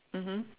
mmhmm